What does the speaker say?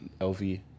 LV